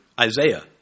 Isaiah